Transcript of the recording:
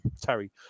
Terry